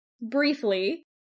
Briefly